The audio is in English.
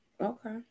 Okay